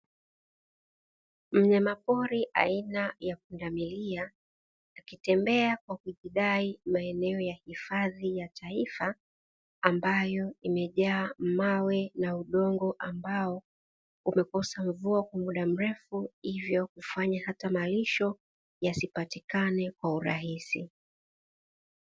Mnyamapori aina ya pundamilia, akitembea kwa kujidai maeneo ya hifadhi ya taifa, ambayo yamejaa mawe na udongo ambao umekosa mvua kwa muda mrefu, hivyo kufanya hata malisho yasipatikane kwa urahisi.